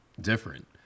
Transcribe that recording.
different